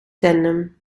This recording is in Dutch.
tandem